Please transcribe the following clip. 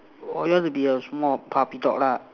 orh you want to be a small puppy dog lah